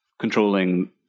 controlling